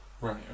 Right